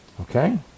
Okay